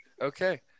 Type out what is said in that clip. Okay